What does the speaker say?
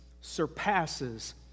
surpasses